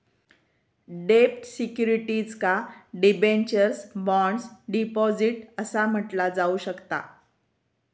डेब्ट सिक्युरिटीजका debentures, bonds, deposits असा म्हटला जाऊ शकता